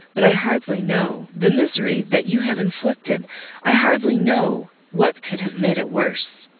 but i hardly know the misery that you have inflicted i hardly know what could have made it worse.